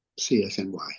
CSNY